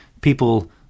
People